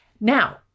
Now